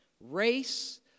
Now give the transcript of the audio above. race